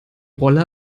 rolle